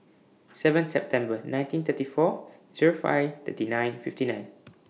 seven September nineteen thirty four Zero five thirty nine fifty nine